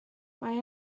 mae